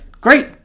Great